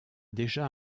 déjà